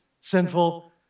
sinful